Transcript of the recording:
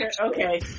Okay